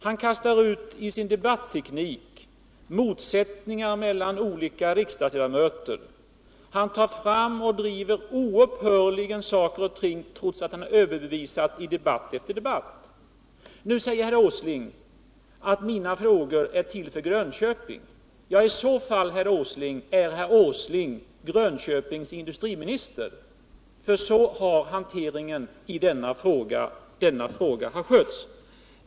Hans debatteknik går ut på att ta fram de motsättningar som kan finnas mellan 203 olika riksdagsledamöter. Han driver oupphörligt frågor som han i debatt efter debatt blivit överbevisad om. Nu säger herr Åsling att mina frågor är lämpliga för Grönköping. Ja, i så fall är herr Åsling Grönköpings industriminister. För så har denna fråga skötts.